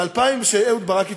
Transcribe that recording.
ב-2000, כשאהוד ברק התפטר,